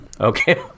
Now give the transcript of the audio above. Okay